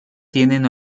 tienen